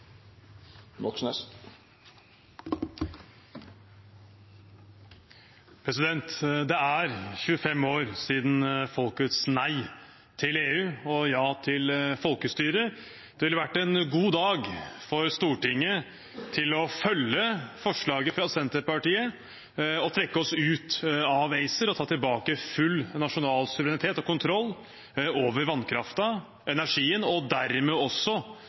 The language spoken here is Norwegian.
Det er 25 år siden folkets nei til EU og ja til folkestyre. Det ville vært en god dag for Stortinget til å følge forslaget fra Senterpartiet og trekke oss ut av ACER og ta tilbake full nasjonal suverenitet og kontroll over vannkraften, energien, og dermed også